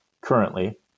Currently